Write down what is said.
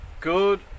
good